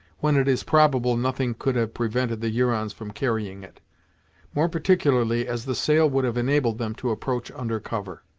when it is probable nothing could have prevented the hurons from carrying it more particularly as the sail would have enabled them to approach under cover.